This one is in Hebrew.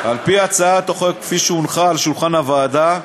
על-פי הצעת החוק, כפי שהונחה על שולחן הוועדה,